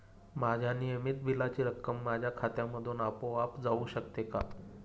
माझ्या नियमित बिलाची रक्कम माझ्या खात्यामधून आपोआप जाऊ शकते का?